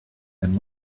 than